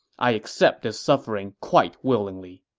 i accept this suffering quite willingly.